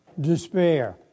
despair